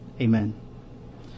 Amen